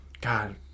God